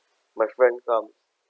my friend come